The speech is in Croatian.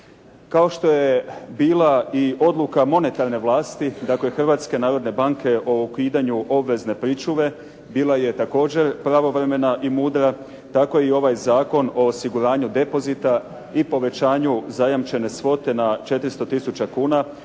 Kao što je bila i odluka monetarne vlasti, dakle Hrvatske narodne banke o ukidanju obvezne pričuve bila je također pravovremena i mudra, tako i ovaj Zakon o osiguranju depozita i povećanju zajamčene svote na 400000 kuna